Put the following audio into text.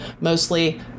Mostly